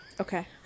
okay